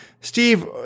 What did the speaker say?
Steve